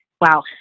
Wow